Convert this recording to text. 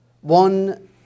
one